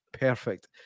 perfect